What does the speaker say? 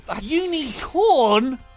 Unicorn